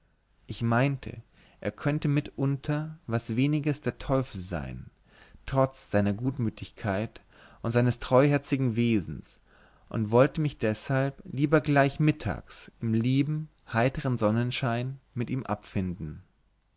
ich meinte er könnte mitunter was weniges der teufel sein trotz seiner gutmütigkeit und seines treuherzigen wesens und wollte mich deshalb lieber gleich mittags im lieben heitern sonnenschein mit ihm abfinden